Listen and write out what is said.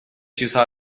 چیزها